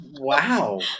Wow